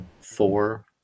four